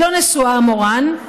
היא לא נשואה, מורן.